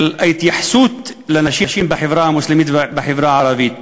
ההתייחסות לנשים בחברה המוסלמית ובחברה הערבית.